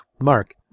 Mark